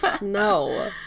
No